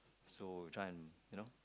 so try and you know